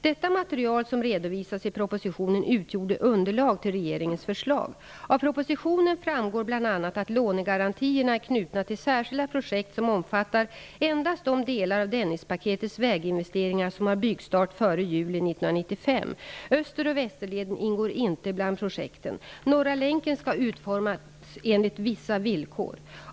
Detta material som redovisas i propositionen utgjorde underlag till regeringens förslag. Av propositionen framgår bl.a. att lånegarantierna är knutna till särskilda projekt som omfattar endast de delar av Dennispaketets väginvesteringar som har byggstart före juli 1995. Öster och Västerleden ingår inte bland projekten. Norra länken skall utformas enligt vissa villkor.